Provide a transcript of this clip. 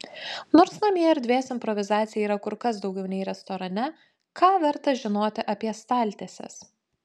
nors namie erdvės improvizacijai yra kur kas daugiau nei restorane ką verta žinoti apie staltieses